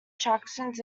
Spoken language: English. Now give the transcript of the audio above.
attractions